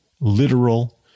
literal